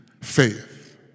faith